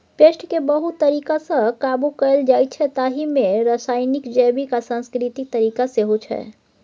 पेस्टकेँ बहुत तरीकासँ काबु कएल जाइछै ताहि मे रासायनिक, जैबिक आ सांस्कृतिक तरीका सेहो छै